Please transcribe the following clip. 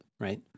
Right